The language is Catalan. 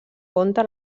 compte